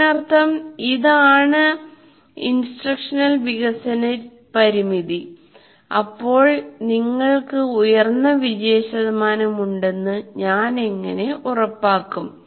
അതിനർത്ഥം ഇതാണ് ഇൻസ്ട്രക്ഷണൽ വികസന പരിമിതി അപ്പോൾ നിങ്ങൾക്ക് ഉയർന്ന വിജയശതമാനം ഉണ്ടെന്ന് ഞാൻ എങ്ങനെ ഉറപ്പാക്കും